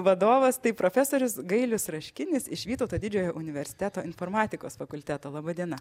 vadovas tai profesorius gailius raškinis iš vytauto didžiojo universiteto informatikos fakulteto laba diena